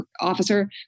officer